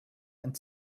ein